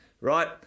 Right